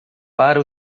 para